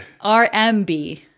RMB